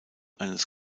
eines